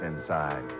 inside